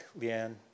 Leanne